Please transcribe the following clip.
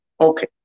Okay